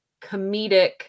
comedic